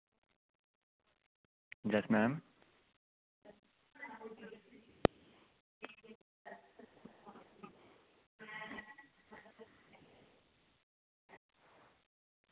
yes ma'am